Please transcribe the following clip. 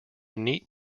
neat